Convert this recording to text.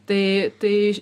tai tai